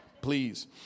please